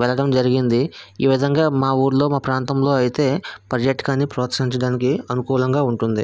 వెళ్ళటం జరిగింది ఈ విధంగా మా ఊర్లో మా ప్రాంతంలో అయితే పర్యాటకాన్ని ప్రోత్సహించడానికి అనుకూలంగా ఉంటుంది